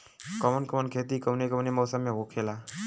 कवन कवन खेती कउने कउने मौसम में होखेला?